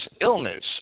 illness